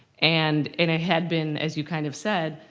and it had been, as you kind of said,